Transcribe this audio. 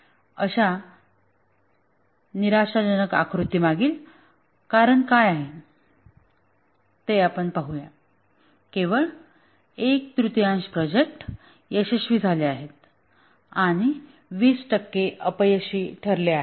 अशा निराशाजनक आकृती मागील कारण काय आहे ते आपण पाहूया केवळ एक तृतीयांश प्रोजेक्ट यशस्वी झाले आहेत आणि २० टक्के अपयशी ठरले आहेत